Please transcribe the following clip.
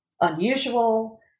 unusual